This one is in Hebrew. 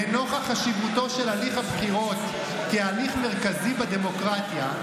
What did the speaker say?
לנוכח חשיבותו של הליך הבחירות כהליך מרכזי בדמוקרטיה,